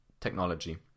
technology